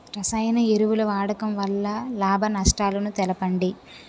రసాయన ఎరువుల వాడకం వల్ల లాభ నష్టాలను తెలపండి?